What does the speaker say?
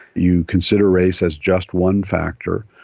you consider race as just one factor,